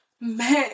Man